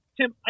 Tim